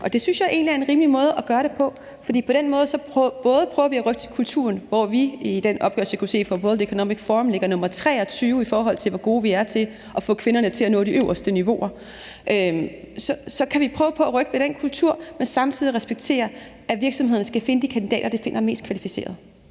Det synes jeg egentlig er en rimelig måde at gøre det på, for på den måde prøver vi at rykke kulturen. I den opgørelse, vi kunne se fra World Economic Forum, ligger vi nr. 23, i forhold til hvor gode vi er til at få kvinderne til at nå de øverste niveauer. Så på den her måde kan vi prøve på at rykke ved den kultur, men samtidig respektere, at virksomhederne skal finde de kandidater, de finder mest kvalificerede.